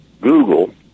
Google